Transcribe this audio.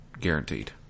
Guaranteed